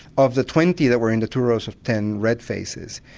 of the twenty that were in the two rows of ten red faces,